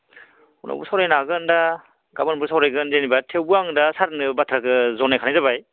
उनावबो सावरायनो हागोन दा गाबोनबो सावरायगोन जेनेबा थेवबो आं दा सारनो बाथ्राखौ जनायखानाय जाबाय